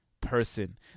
Person